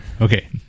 Okay